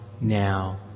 now